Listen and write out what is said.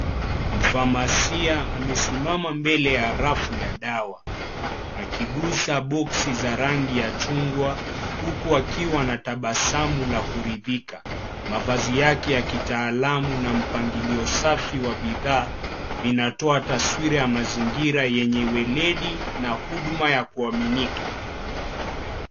Mfamasia amesimama mbele ya rafu ya dawa akigusa boksi za rangi ya chungwa huku akiwa na tabasamu la kuridhika. Mavazi yake ya kitaalamu na mpangilio safi wa bidhaa vinatoa taswira ya mazingira yenye weledi na huduma ya kuaminika.